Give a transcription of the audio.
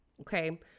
Okay